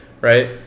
right